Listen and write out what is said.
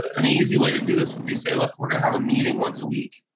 an easy way to do this where we say, look, we're going to have a meeting once a week,